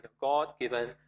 God-given